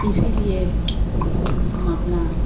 इसलिए हम अपने